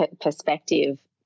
perspective